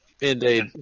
Indeed